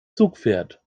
zugpferd